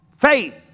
faith